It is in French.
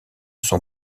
son